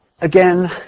Again